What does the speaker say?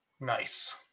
Nice